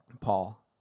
Paul